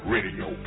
Radio